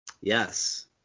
Yes